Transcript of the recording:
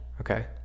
Okay